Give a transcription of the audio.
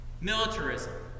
militarism